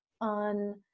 on